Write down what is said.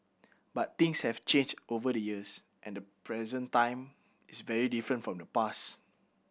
but things have changed over the years and the present time is very different from the past